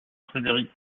frédéric